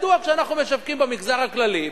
מדוע כשאנחנו משווקים במגזר הכללי,